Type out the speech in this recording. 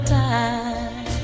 time